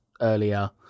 earlier